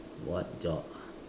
what job ah